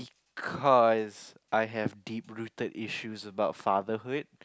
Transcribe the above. cause I have deep rooted issues about fatherhood